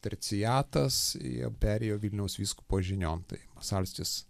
terciatas jie perėjo vilniaus vyskupo žiniom tai masalskis